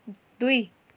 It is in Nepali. दुई